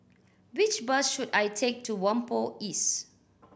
which bus should I take to Whampoa East